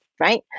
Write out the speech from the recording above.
right